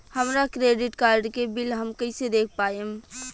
हमरा credit card के bill हम कइसे देख पाएम?